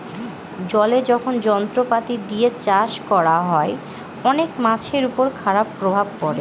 জলে যখন যন্ত্রপাতি দিয়ে চাষ করা হয়, অনেক মাছের উপর খারাপ প্রভাব পড়ে